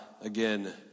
again